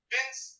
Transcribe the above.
Vince